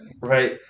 right